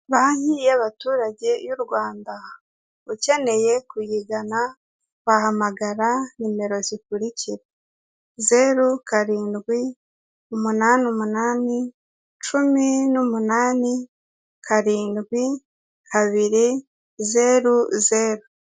Banki y'abaturage y'u Rwanda, ukeneye kuyigana wahamagara nimero zikurikira: zeru, karindwi, umunani, umunani, cumi n'umunani, karindwi, kabiri, zeru, zeru.